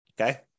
Okay